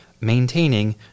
maintaining